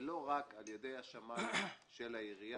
ולא רק על ידי השמאי של העירייה,